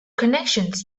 connections